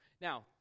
Now